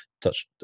Touch